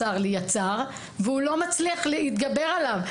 צר לי, יצר, והוא לא מצליח להתגבר עליו.